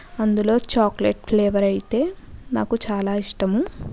అందులో chocolate flavour అయితే నాకు చాలా ఇష్టము